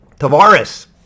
Tavares